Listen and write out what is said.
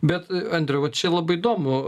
bet andriau va čia labai įdomu